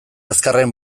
azkarren